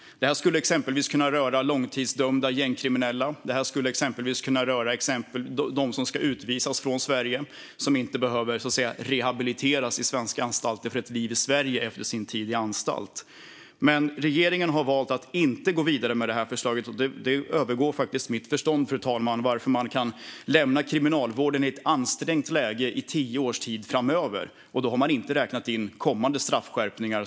Det skulle exempelvis kunna gälla långtidsdömda gängkriminella. Det skulle exempelvis kunna gälla dem som ska utvisas från Sverige och inte behöver så att säga rehabiliteras i svenska anstalter för ett liv i Sverige efter sin tid i anstalt. Regeringen har dock valt att inte gå vidare med det här förslaget. Det övergår faktiskt mitt förstånd, fru talman, att man kan lämna Kriminalvården i ett ansträngt läge i tio år framöver, och då har man inte räknat in kommande straffskärpningar.